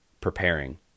preparing